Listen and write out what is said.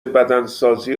بدنسازی